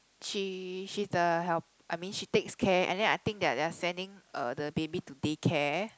she she's the help I mean she takes care and then I think that they are sending uh the baby to day care